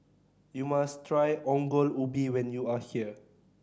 you must try Ongol Ubi when you are here